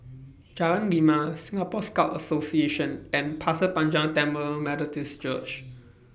Jalan Lima Singapore Scout Association and Pasir Panjang Tamil Methodist Church